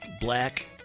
black